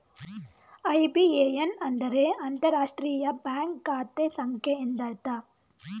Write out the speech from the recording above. IBAN ಅಂದರೆ ಅಂತರರಾಷ್ಟ್ರೀಯ bank ಖಾತೆ ಸಂಖ್ಯೆ ಎಂದರ್ಥ